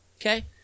Okay